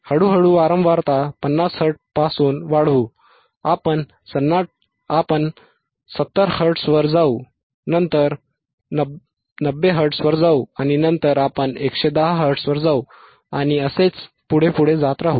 हळूहळू वारंवारता 50 हर्ट्झपासून वाढवू आपण 70 हर्ट्झवर जाऊ नंतर 90 हर्ट्झवर जाऊ आणि नंतर आपण 110 हर्ट्झवर जाऊ आणि असेच पुढे पुढे जात राहू